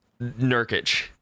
Nurkic